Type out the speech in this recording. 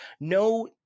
no